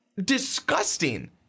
disgusting